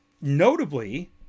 notably